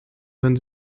wenn